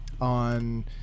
on